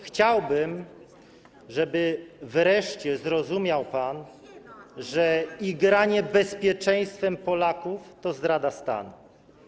Chciałbym, żeby wreszcie zrozumiał pan, że igranie bezpieczeństwem Polaków to zdrada stanu.